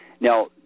Now